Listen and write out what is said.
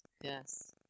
Yes